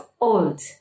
old